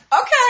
okay